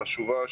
חשובה,